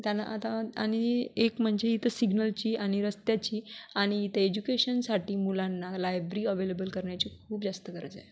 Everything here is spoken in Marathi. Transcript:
त्याना आता आणि एक म्हणजे इथं सिग्नलची आणि रस्त्याची आणि इथे एज्युकेशनसाठी मुलांना लायब्री अवेलेबल करण्याची खूप जास्त गरज आहे